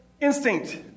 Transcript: instinct